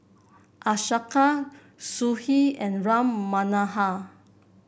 Ashoka Sudhir and Ram Manohar